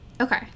Okay